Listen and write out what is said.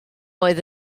oedd